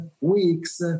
weeks